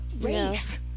race